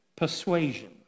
Persuasion